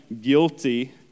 guilty